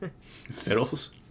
Fiddles